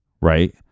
right